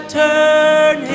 turn